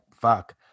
fuck